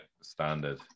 Standard